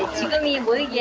the wedding yeah